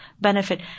benefit